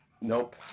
Nope